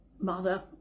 mother